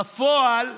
בפועל,